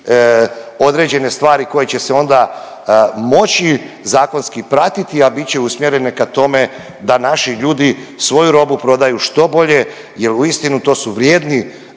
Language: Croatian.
određene stvari koje će se onda moći zakonski pratiti, a bit će usmjerene ka tome da naši ljudi svoju robu prodaju što bolje jer uistinu to su vrijedni